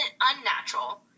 unnatural